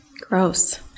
Gross